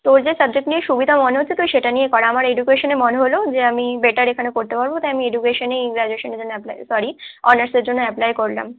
তোর যে সাবজেক্ট নিয়ে সুবিধা মনে হচ্ছে তুই সেটা নিয়ে কর আমার এডুকেশনে মনে হলো যে আমি বেটার এখানে করতে পারব তাই আমি এডুকেশানে গ্র্যাজুয়েশানের জন্য অ্যাপ্লাই সরি অনার্সের জন্য অ্যাপ্লাই করলাম